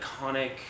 iconic